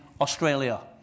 Australia